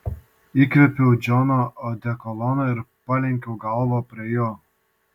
įkvėpiau džono odekolono ir palenkiau galvą prie jo